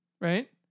right